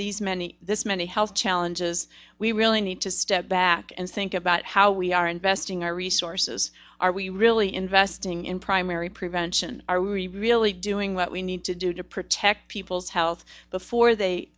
these many this many health challenges we really need to step back and think about how we are investing our resources are we really investing in primary prevention are we really doing what we need to do to protect people's health before they